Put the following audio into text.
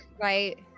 right